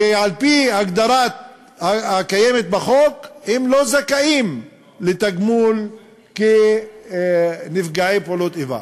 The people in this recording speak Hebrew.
שעל-פי ההגדרה הקיימת בחוק הם לא זכאים לתגמול כנפגעי פעולות איבה.